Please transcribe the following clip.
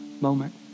moment